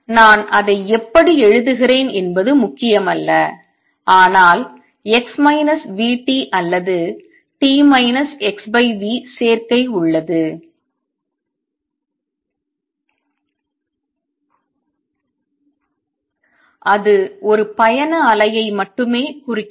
நான் அதை எப்படி எழுதுகிறேன் என்பது முக்கியமல்ல ஆனால் x v t அல்லது t x v சேர்க்கை உள்ளது அது ஒரு பயண அலையை மட்டுமே குறிக்கிறது